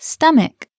Stomach